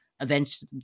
events